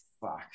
fuck